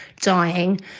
dying